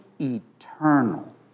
eternal